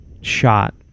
shot